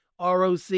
ROC